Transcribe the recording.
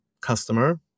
customer